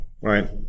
right